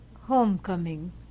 Homecoming